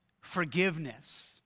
forgiveness